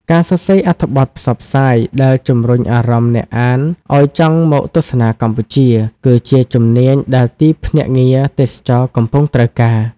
ការសរសេរអត្ថបទផ្សព្វផ្សាយ ដែលជំរុញអារម្មណ៍អ្នកអានឱ្យចង់មកទស្សនាកម្ពុជា គឺជាជំនាញដែលទីភ្នាក់ងារទេសចរណ៍កំពុងត្រូវការ។